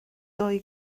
dwy